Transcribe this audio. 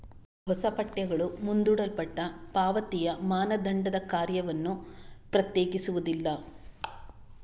ಹೊಸ ಪಠ್ಯಗಳು ಮುಂದೂಡಲ್ಪಟ್ಟ ಪಾವತಿಯ ಮಾನದಂಡದ ಕಾರ್ಯವನ್ನು ಪ್ರತ್ಯೇಕಿಸುವುದಿಲ್ಲ